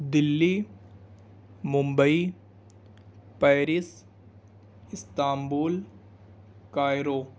Delhi Mumbai Paris Istanbul Cairo